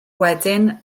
wedyn